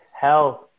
health